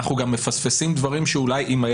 אנחנו גם מפספסים דברים שאולי אם זה